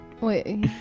wait